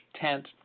tent